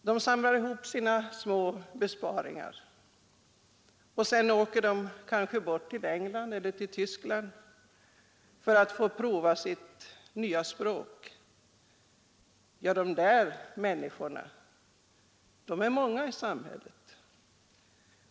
De samlar ihop sina små besparingar och reser ut, kanske till England eller Tyskland, för att få pröva sina nya språkkunskaper. De där människorna är många i vårt samhälle.